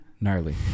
gnarly